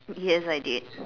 yes I did